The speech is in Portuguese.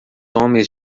homens